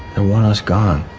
they want us gone.